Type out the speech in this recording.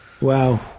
Wow